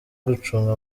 gucunga